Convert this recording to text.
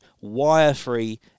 wire-free